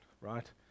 right